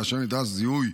כאשר נדרש זיהויו